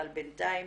אבל בינתיים